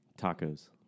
tacos